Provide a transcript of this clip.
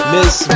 Miss